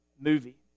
movie